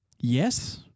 yes